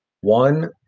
One